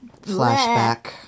flashback